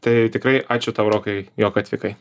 tai tikrai ačiū tau rokai jog atvykai